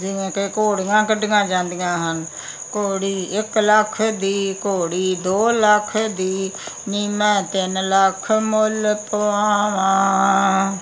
ਜਿਵੇਂ ਕਿ ਘੋੜੀਆਂ ਕੱਢੀਆਂ ਜਾਂਦੀਆਂ ਹਨ ਘੋੜੀ ਇੱਕ ਲੱਖ ਦੀ ਘੋੜੀ ਦੋ ਲੱਖ ਦੀ ਨੀ ਮੈਂ ਤਿੰਨ ਲੱਖ ਮੁੱਲ ਪਵਾਵਾਂ